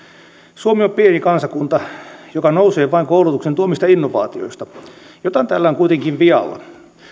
suomi on pieni kansakunta joka nousee vain koulutuksen tuomista innovaatioista jotain täällä on kuitenkin vialla